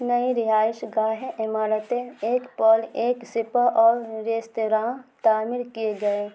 نئی رہائش گاہیں عمارتیں ایک پول ایک سپہ اور مجستیراں تعمیر کیے گئے